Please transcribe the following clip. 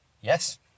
Yes